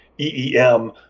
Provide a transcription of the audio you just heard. EEM